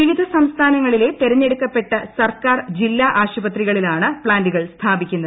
വിവിധ സംസ്ഥാനങ്ങളിലെ തെരഞ്ഞെടുക്കപ്പെട്ട സർക്കാർ ജില്ലാ ആശുപത്രികളിലാണ് പ്താൻറുകൾ സ്ഥാപിക്കുന്നത്